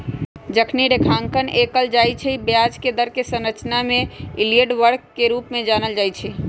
जखनी रेखांकन कएल जाइ छइ तऽ ब्याज दर कें संरचना के यील्ड कर्व के रूप में जानल जाइ छइ